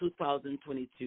2022